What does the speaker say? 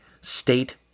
state